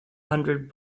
hundred